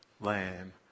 lamb